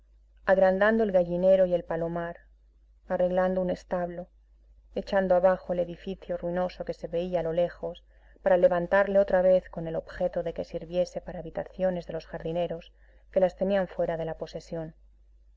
agrandando el gallinero y el palomar arreglando un establo echando abajo el edificio ruinoso que se veía a lo lejos para levantarle otra vez con el objeto de que sirviese para habitaciones de los jardineros que las tenían fuera de la posesión